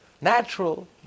natural